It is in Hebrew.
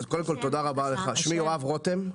שמי יואב רותם,